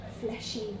fleshy